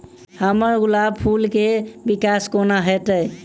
हम्मर गुलाब फूल केँ विकास कोना हेतै?